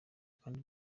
kandi